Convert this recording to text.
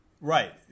Right